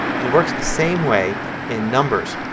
and it works the same way in numbers.